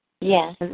Yes